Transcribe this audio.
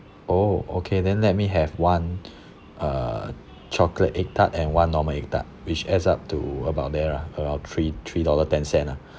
oh okay then let me have one a chocolate egg tart and one normal egg tart which adds up to about there ah three three dollar ten cent ah